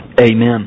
Amen